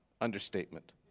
Understatement